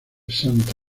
santa